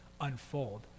Unfold